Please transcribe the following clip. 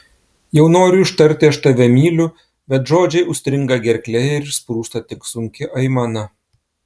jau noriu ištarti aš tave myliu bet žodžiai užstringa gerklėje ir išsprūsta tik sunki aimana